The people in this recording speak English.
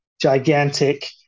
gigantic